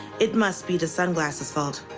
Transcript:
it must be the sunglasses fault.